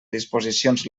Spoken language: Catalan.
disposicions